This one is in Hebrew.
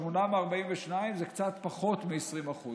8 מ-42 זה קצת פחות מ-20%.